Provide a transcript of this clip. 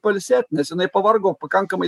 pailsėt nes jinai pavargo pakankamai